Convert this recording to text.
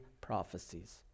prophecies